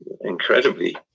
incredibly